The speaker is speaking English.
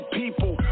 people